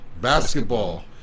basketball